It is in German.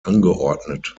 angeordnet